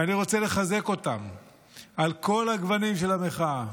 אני רוצה לחזק אותם על כל הגוונים של המחאה,